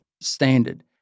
standard